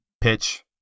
pitch